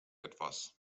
etwas